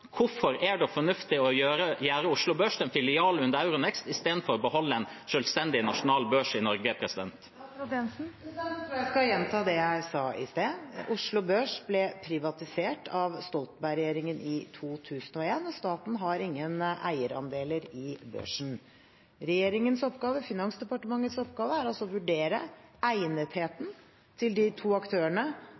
hvorfor er det fornuftig å gjøre Oslo Børs til en filial under Euronext i stedet for å beholde en selvstendig, nasjonal børs i Norge? Jeg tror jeg vil gjenta det jeg sa i sted: Oslo Børs ble privatisert av Stoltenberg-regjeringen i 2001, og staten har ingen eierandeler i børsen. Regjeringens og Finansdepartementets oppgave er å vurdere egnetheten til de to aktørene